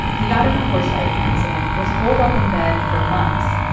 he got in a horse-riding accident, was holed up in bed for months.